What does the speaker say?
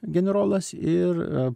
generolas ir